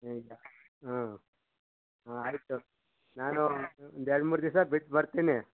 ಏಯ್ ಇಲ್ಲ ಹಾಂ ಆಯಿತು ನಾನು ಒಂದು ಎರಡು ಮೂರು ದಿವ್ಸ ಬಿಟ್ಟು ಬರ್ತೀನಿ